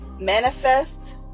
manifest